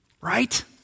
right